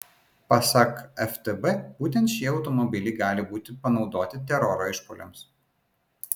pasak ftb būtent šie automobiliai gali būti panaudoti teroro išpuoliams